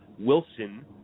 Wilson